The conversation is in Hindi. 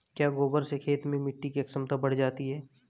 क्या गोबर से खेत में मिटी की क्षमता बढ़ जाती है?